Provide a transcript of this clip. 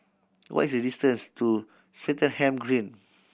what is the distance to Swettenham Green